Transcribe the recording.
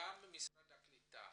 גם משרד הקליטה,